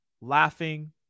laughing